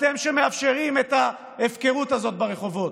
אתם, שמאפשרים את ההפקרות הזאת ברחובות,